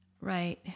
Right